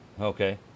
Okay